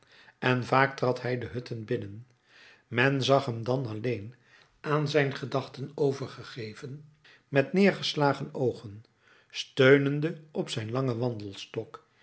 en vaak trad bij de hutten binnen men zag hem dan alleen aan zijn gedachten overgegeven met neêrgeslagen oogen steunende op zijn langen wandelstok